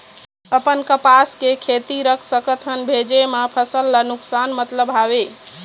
अपन कपास के खेती रख सकत हन भेजे मा फसल ला नुकसान मतलब हावे?